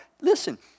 Listen